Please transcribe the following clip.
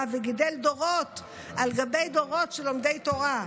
וגידל דורות על גבי דורות של לומדי תורה,